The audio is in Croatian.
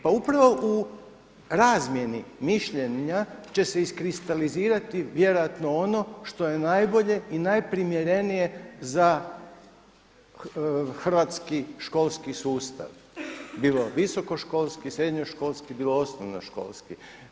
Pa upravo u razmjeni mišljenja će se iskristalizirati vjerojatno ono što je najbolje i najprimjerenije za hrvatski školski sustav, bilo visokoškolski, srednjoškolski, bilo osnovnoškolski.